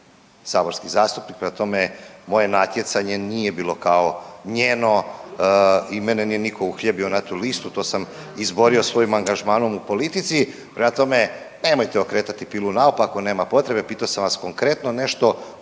saborski zastupnik, prema tome, moje natjecanje nije bilo kao njeno i mene nije nitko uhljebio na tu listu, to sam izborio svojim angažmanom u politici, prema tome, nemojte okretati pilu naopako, nema potrebe, pitao sam vas konkretno nešto.